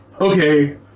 okay